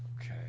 Okay